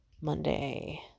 Monday